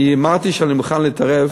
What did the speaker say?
אני אמרתי שאני מוכן להתערב